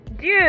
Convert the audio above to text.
Dude